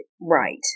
Right